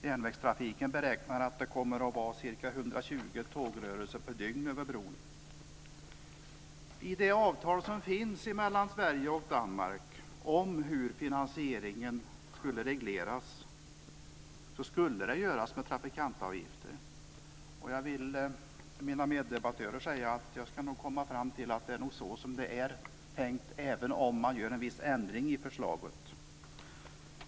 Järnvägstrafiken beräknas uppgå till 120 tågrörelser per dygn över bron. I det avtal som finns mellan Sverige och Danmark om hur finansieringen skulle regleras står att det skulle göras med trafikantavgifter. Jag vill till mina meddebattörer säga att jag nog ska komma fram till att det är så det är tänkt, även om man gör en viss ändring i förslaget.